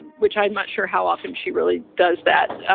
and which i'm not sure how often she really does that.